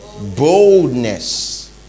Boldness